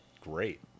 great